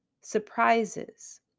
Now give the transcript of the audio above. surprises